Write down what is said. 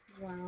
Wow